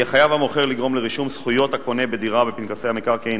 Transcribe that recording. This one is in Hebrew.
יהיה חייב המוכר לגרום לרישום זכויות הקונה בדירה בפנקסי המקרקעין